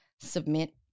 submit